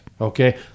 okay